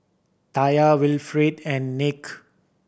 Taya Wilfrid and Nick